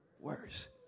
worse